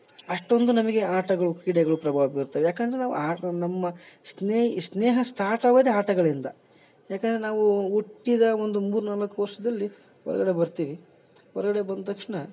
ಅಷ್ಟೊಂದು ನಮಗೆ ಆಟಗಳು ಕೀಡೆಗಳು ಪ್ರಭಾವ ಬೀರ್ತವೆ ಯಾಕಂದ್ರೆ ನಾವು ಆ ನಮ್ಮ ಸ್ನೇಹ ಸ್ಟಾರ್ಟ್ ಆಗೋದೆ ಆಟಗಳಿಂದ ಯಾಕಂದರೆ ನಾವು ಹುಟ್ಟಿದ ಒಂದು ಮೂರು ನಾಲ್ಕು ವರ್ಷದಲ್ಲಿ ಹೊರ್ಗಡೆ ಬರ್ತೀವಿ ಹೊರ್ಗಡೆ ಬಂದ ತಕ್ಷಣ